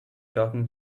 talking